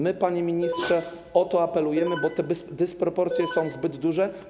My, panie ministrze, o to apelujemy, bo dysproporcje są zbyt duże.